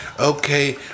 Okay